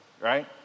right